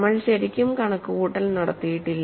നമ്മൾ ശരിക്കും കണക്കുകൂട്ടൽ നടത്തിയിട്ടില്ല